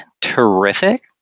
terrific